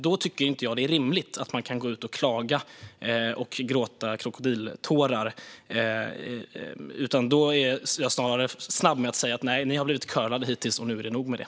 Jag tycker inte att det är rimligt att klaga och fälla krokodiltårar över detta. Snarare är jag snabb med att säga att de blivit curlade hittills, och nu är det nog med det.